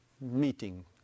meeting